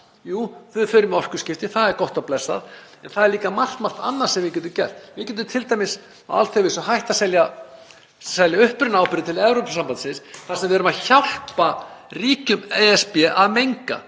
Jú, við förum í orkuskipti, það er gott og blessað. En það er líka margt annað sem við getum gert. Við getum t.d. á alþjóðavísu hætt að selja upprunaábyrgðir til Evrópusambandsins þar sem við erum að hjálpa ríkjum ESB að menga